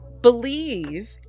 believe